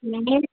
नहीं